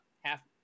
half